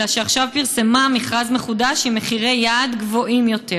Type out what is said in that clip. אלא שעכשיו פרסמה מכרז מחודש עם מחירי יעד גבוהים יותר.